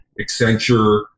Accenture